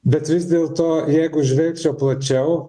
bet vis dėlto jeigu žiūrėčiau plačiau